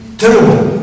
terrible